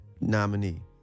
nominee